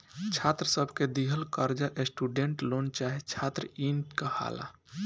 छात्र सब के दिहल कर्जा स्टूडेंट लोन चाहे छात्र इन कहाला